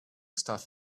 stuff